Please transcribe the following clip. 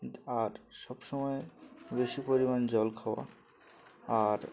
আর সবসময় বেশি পরিমাণ জল খাওয়া আর